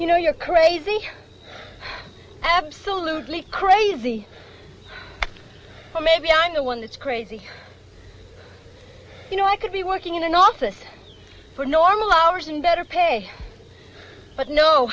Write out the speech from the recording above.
you know you're crazy absolutely crazy or maybe i'm the one that's crazy you know i could be working in an office for normal hours and better pay but no